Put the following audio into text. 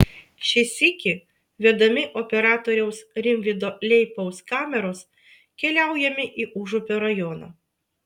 šį sykį vedami operatoriaus rimvydo leipaus kameros keliaujame į užupio rajoną